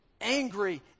angry